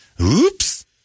Oops